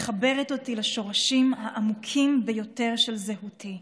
מחברת אותי לשורשים העמוקים ביותר של זהותי.